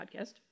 podcast